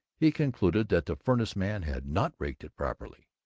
he concluded that the furnace-man had not raked it properly.